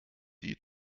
die